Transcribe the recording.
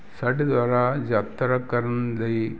ਸਾਡੇ ਦੁਆਰਾ ਯਾਤਰਾ ਕਰਨ ਲਈ